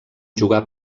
jugar